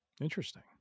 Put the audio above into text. Interesting